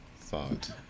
thought